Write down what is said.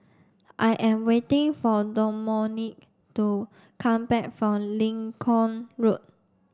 I am waiting for Domonique to come back from Lincoln Road